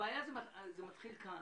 הבעיה מתחילה כאן.